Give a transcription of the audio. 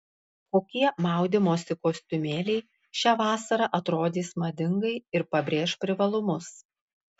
kokie maudymosi kostiumėliai šią vasarą atrodys madingai ir pabrėš privalumus